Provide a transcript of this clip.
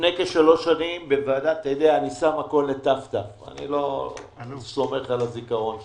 לפני כשלוש שנים אני שם הכול בת"ת אני לא סומך על הזיכרון שלי.